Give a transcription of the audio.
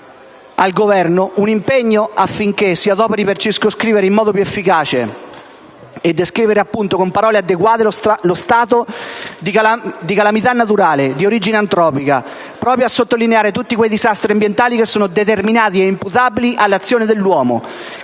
al Governo un impegno affinché si adoperi per circoscrivere in modo più efficace e descrivere appunto con parole adeguate lo stato di calamità naturale di origine antropica, proprio a sottolineare tutti quei disastri ambientali che sono determinati dall'azione dell'uomo